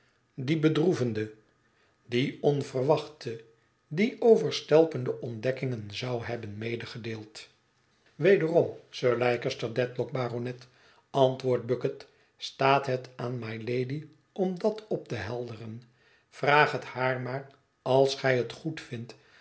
die bedroevende die onverwachte die overstelpende ontdekkingen zou hebben medegedeeld wederom sir leicester dedlock baronet antwoordt bucket staat het aan mylady om dat op te helderen vraag het haar maar als gij